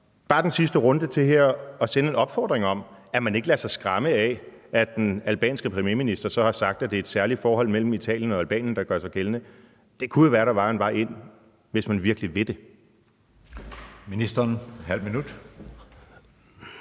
bruge den sidste runde til her at sende en opfordring om, at man ikke lader sig skræmme af, at den albanske premierminister så har sagt, at det er et særligt forhold mellem Italien og Albanien, der gør sig gældende. Det kunne jo være, at der var en vej ind, hvis man virkelig vil det.